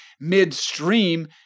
midstream